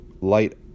light